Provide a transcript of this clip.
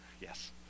Yes